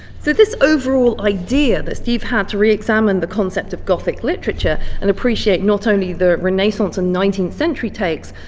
so this overall idea that steve had to re-examine the concept of gothic literature and appreciate not only the renaissance and nineteenth century takes,